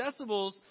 decibels